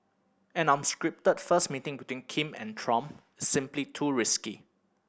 an unscripted first meeting between Kim and Trump is simply too risky